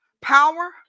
power